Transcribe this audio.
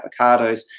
avocados